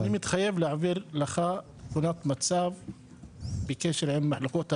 ואני מתחייב להעביר לך תמונת מצב בקשר עם מחלקות הרווחה,